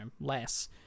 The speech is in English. less